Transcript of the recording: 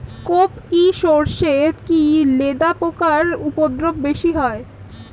কোপ ই সরষে কি লেদা পোকার উপদ্রব বেশি হয়?